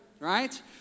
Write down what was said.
Right